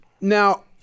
Now-